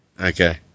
Okay